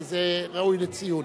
וזה ראוי לציון.